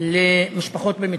למשפחות במצוקה?